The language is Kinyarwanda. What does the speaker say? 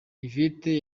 yvette